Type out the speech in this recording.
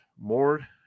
more